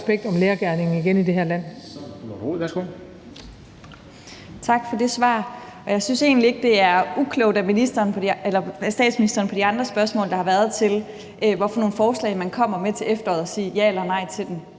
Lotte Rod. Værsgo. Kl. 00:11 Lotte Rod (RV): Tak for det svar. Og jeg synes egentlig ikke, det er uklogt af statsministeren i forhold til de andre spørgsmål, der har været, til, hvad for nogle forslag man kommer med til efteråret, at svare ja eller nej til dem.